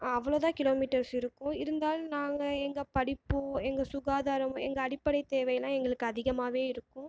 அவ்வளோ தான் kilometres இருக்கும் இருந்தாலும் நாங்கள் எங்கள் படிப்பும் எங்கள் சுகாதாரம் எங்கள் அடிப்படை தேவை தான் எங்களுக்கு அதிகமாகவே இருக்கும்